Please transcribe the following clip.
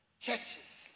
churches